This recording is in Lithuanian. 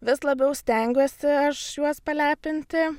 vis labiau stengiuosi aš juos palepinti